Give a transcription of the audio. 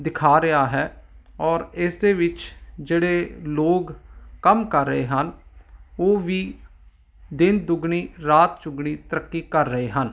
ਦਿਖਾ ਰਿਹਾ ਹੈ ਔਰ ਇਸ ਦੇ ਵਿੱਚ ਜਿਹੜੇ ਲੋਕ ਕੰਮ ਕਰ ਰਹੇ ਹਨ ਉਹ ਵੀ ਦਿਨ ਦੁਗਣੀ ਰਾਤ ਚੋਗਣੀ ਤਰੱਕੀ ਕਰ ਰਹੇ ਹਨ